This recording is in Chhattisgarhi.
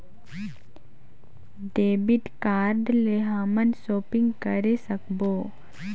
डेबिट कारड ले हमन शॉपिंग करे सकबो?